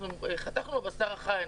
אנחנו חתכנו בבשר החי,